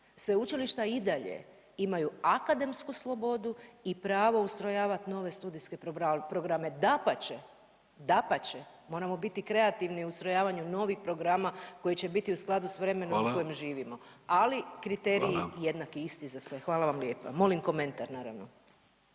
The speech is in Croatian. Sveučilišta i dalje imaju akademsku slobodu i pravo ustrajavati nove studijske programe. Dapače, dapače moramo biti kreativni u ustrojavanju novih programa koji će biti u skladu sa vremenom u kojem živimo. …/Upadica Vidović: Hvala./… Ali kriteriji jednaki, isti za sve. Hvala vam lijepa. Molim komentar naravno.